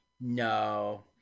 No